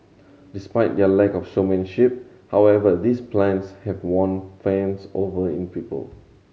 despite their lack of showmanship however these plants have won fans over in people